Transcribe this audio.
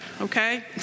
okay